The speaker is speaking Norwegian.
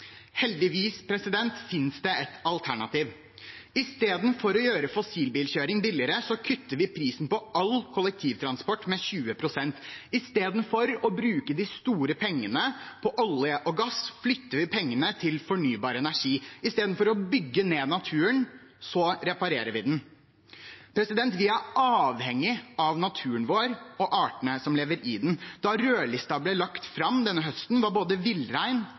Heldigvis finnes det et alternativ. I stedet for å gjøre fossilbilkjøring billigere kutter vi prisen på all kollektivtransport med 20 pst. I stedet for å bruke de store pengene på olje og gass flytter vi pengene til fornybar energi. I stedet for å bygge ned naturen reparerer vi den. Vi er avhengige av naturen vår og artene som lever i den. Da rødlisten ble lagt fram denne høsten, var både villrein